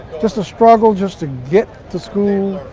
just a struggle just to get to school,